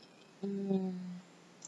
ya